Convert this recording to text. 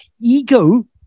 Ego